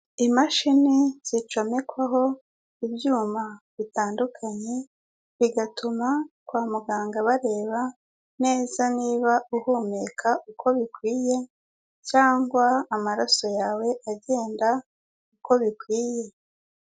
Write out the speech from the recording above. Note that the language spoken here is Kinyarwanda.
Imashini zicomekwaho ibyuma bitandukanye, bigatuma kwa muganga bareba neza niba uhumeka uko bikwiye cyangwa amaraso yawe agenda uko bikwiye.